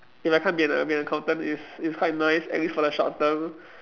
if I can't be an be an accountant it's it's quite nice at least for the short term